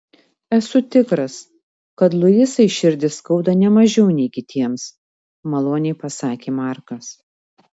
esu tikras kad luisai širdį skauda ne mažiau nei kitiems maloniai pasakė markas